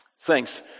Thanks